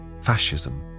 Fascism